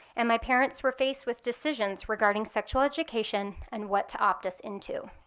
and my parents were faced with decisions regarding sexual education and what to opt us into.